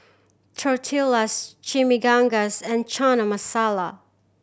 Tortillas Chimichangas and Chana Masala